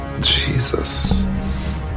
jesus